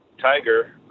Tiger